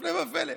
והפלא ופלא,